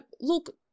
look